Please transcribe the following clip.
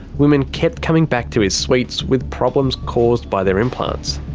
women kept coming back to his suites with problems caused by their implants.